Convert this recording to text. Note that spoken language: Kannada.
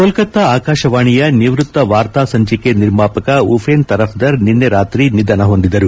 ಕೋಲ್ಕತ್ತಾ ಆಕಾಶವಾಣಿಯ ನಿವೃತ್ತ ವಾರ್ತಾ ಸಂಚಿಕೆ ನಿರ್ಮಾಪಕ ಉಪೇನ್ ತರಫ್ದರ್ ನಿನ್ನೆ ರಾತ್ರಿ ನಿಧನ ಹೊಂದಿದರು